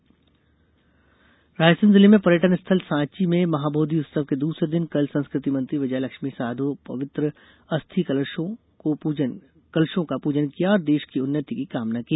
बोधि उत्सव रायसेन जिले में पर्यटन स्थल सॉची में महाबोधि उत्सव के दूसरे दिन कल संस्कृति मंत्री विजयलक्ष्मी साधौ पवित्र अस्थि कलशों को पूजन किया और देश की उन्नति की कामना की